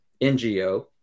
N-G-O